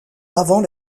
avant